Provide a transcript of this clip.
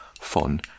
fun